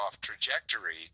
trajectory